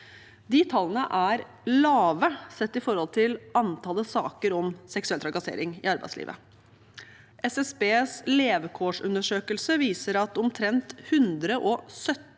Disse tallene er lave sett i forhold til antallet saker om seksuell trakassering i arbeidslivet. SSBs levekårsundersøkelse viser at omtrent 117